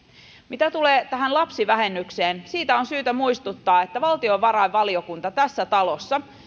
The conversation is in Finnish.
mitä tulee tähän lapsivähennykseen siitä on syytä muistuttaa että valtiovarainvaliokunta tässä talossa